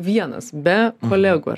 vienas be kolegų